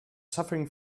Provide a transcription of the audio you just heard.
suffering